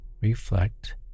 Reflect